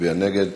יצביע נגד.